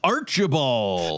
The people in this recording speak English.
Archibald